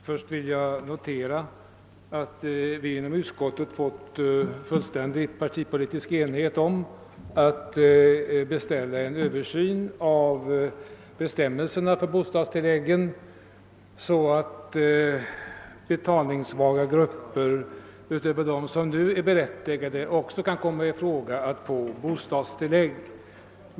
Herr talman! Inom utskottet har vi uppnått fullständig partipolitisk enighet om att beställa en översyn av bestämmelserna för bostadstillägg så att betalningssvaga grupper utöver dem som nu är berättigade kan få bostadstillägg.